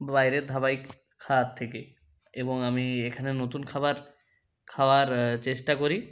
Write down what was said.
বাইরের ধাবায় খাওয়ার থেকে এবং আমি এখানে নতুন খাবার খাওয়ার চেষ্টা করি